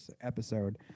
episode